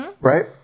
right